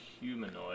humanoid